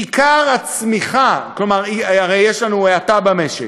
עיקר הצמיחה, כלומר, יש לנו האטה במשק,